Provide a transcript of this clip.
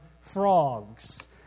frogs